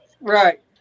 Right